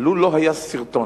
לו לא היה סרטון